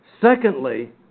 Secondly